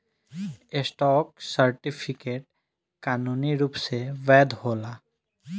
stock certificate कानूनी रूप से वैध होला